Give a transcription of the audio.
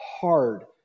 hard